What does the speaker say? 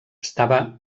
estava